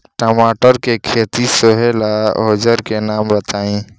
टमाटर के खेत सोहेला औजर के नाम बताई?